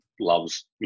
loves